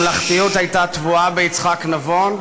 הממלכתיות הייתה טבועה ביצחק נבון.